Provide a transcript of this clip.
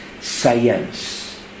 science